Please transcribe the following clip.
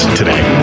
today